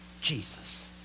Jesus